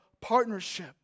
partnership